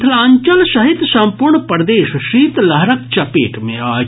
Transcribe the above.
मिथिलांचल सहित संपूर्ण प्रदेश शीतलहरक चपेट मे अछि